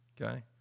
Okay